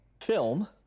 Film